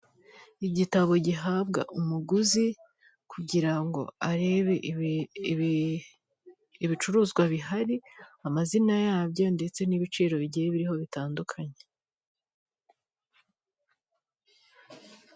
Isoko ricuruza ibyo kurya bitandukanye. Nk'aho batwetreka ibitok, abacuruzi bambaye imyenda isa.